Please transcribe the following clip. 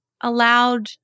allowed